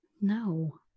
No